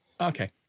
Okay